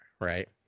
right